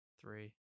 three